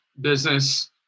business